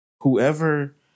whoever